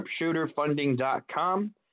sharpshooterfunding.com